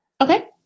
Okay